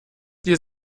die